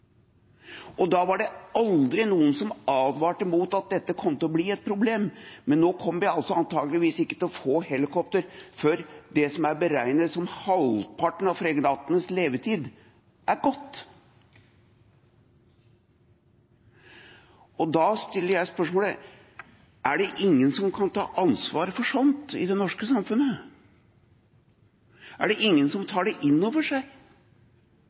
og da var det aldri noen som advarte mot at dette kom til å bli et problem. Men nå kommer vi antageligvis ikke til å få helikopter før det som er beregnet til å være halvparten av fregattenes levetid, er gått. Da stiller jeg spørsmålet: Er det ingen som kan ta ansvaret for slikt i det norske samfunnet? Er det ingen som tar det innover seg?